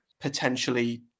potentially